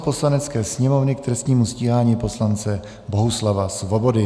Poslanecké sněmovny k trestnímu stíhání poslance Bohuslava Svobody